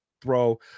throw